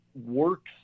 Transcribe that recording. works